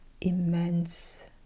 immense